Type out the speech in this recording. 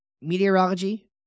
meteorology